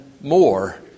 more